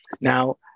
Now